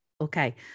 Okay